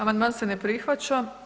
Amandman se ne prihvaća.